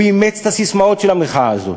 הוא אימץ את הססמאות של המחאה הזאת.